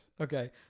Okay